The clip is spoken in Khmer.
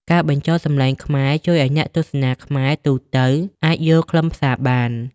ការបញ្ចូលសំឡេងខ្មែរជួយឱ្យអ្នកទស្សនាខ្មែរទូទៅអាចយល់ខ្លឹមសារបាន។